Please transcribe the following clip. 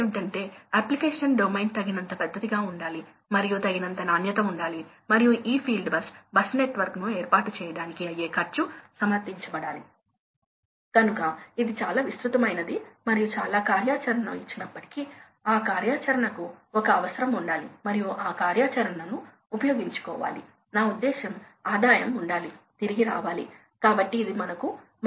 కాబట్టి static head తో ఇది ఇలా ఉంది ఇది థ్రోట్లింగ్ పద్ధతి మరియు ఇది హెడ్ లేని వేరియబుల్ స్పీడ్ డ్రైవ్ పద్ధతి ఇది ముప్పై ఒకటి శాతం హెడ్ ఇది అరవై మూడు శాతం తద్వారా హెడ్ పెరిగేకొద్దీ ఎనర్జీ సేవింగ్ వాస్తవానికి తగ్గిస్తుంది మరియు థ్రోట్లింగ్ పద్ధతి వైపు కదులుతుంది